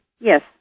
Yes